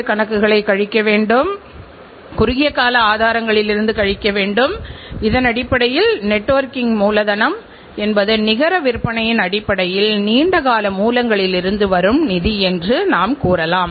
இந்த ஹோண்டா மற்றும் பிற நிறுவனங்கள் சந்தையில் நுழைவதற்கு முன்பு தாராளமயமாக்கலுக்கு முன்பு சந்தையில் இருந்த இந்திய நிறுவனங்கள் இப்போதும் இருக்கும் இடம் தெரியவில்லை என்றுதான் கூறவேண்டும்